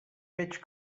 veig